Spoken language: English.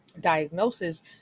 diagnosis